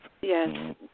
Yes